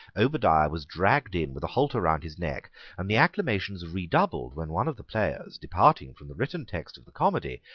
obadiah was dragged in with a halter round his neck and the acclamations redoubled when one of the players, departing from the written text of the comedy,